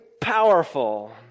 powerful